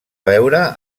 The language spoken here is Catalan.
veure